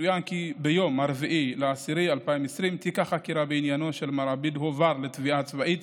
יצוין כי ב-4 באוקטובר 2020 תיק החקירה של מר עביד הועבר לתביעה הצבאית